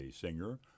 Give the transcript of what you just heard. singer